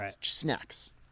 snacks